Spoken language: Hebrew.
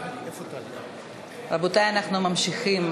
רבותי, אנחנו ממשיכים.